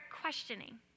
questioning